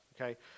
okay